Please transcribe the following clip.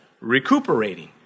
recuperating